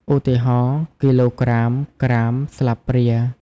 ឧទាហរណ៍៖ គីឡូក្រាម ក្រាម ស្លាបព្រា។